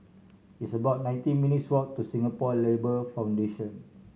it's about nineteen minutes' walk to Singapore Labour Foundation